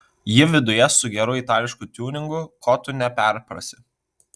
ji viduje su geru itališku tiuningu ko tu neperprasi